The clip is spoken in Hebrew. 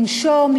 לנשום,